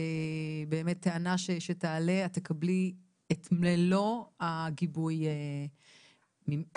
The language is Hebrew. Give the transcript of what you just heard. ובאמת טענה שתעלה את תקבלי את מלוא הגיבוי מאיתנו.